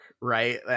right